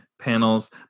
panels